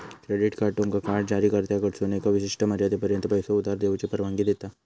credit card तुमका card जारीकर्त्याकडसून एका विशिष्ट मर्यादेपर्यंत पैसो उधार घेऊची परवानगी देता